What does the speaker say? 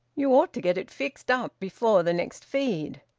you ought to get it fixed up before the next feed.